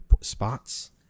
spots